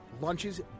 Lunches